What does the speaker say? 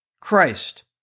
Christ